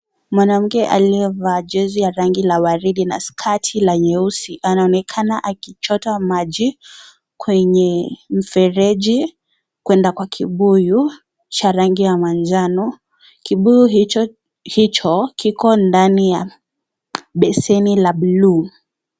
Mwanamke aliyevaa jezi ya rangi ya waridi na skati la nyeusi anaonekana akichota maji kwenye mfereji kwenda kwa kibuyu cha rangi ya manjano . Kibuyu hicho hicho kiko ndani ya beseni la blu.